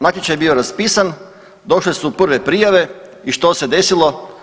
Natječaj je bio raspisan, došle su prve prijave i što se desilo?